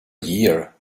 year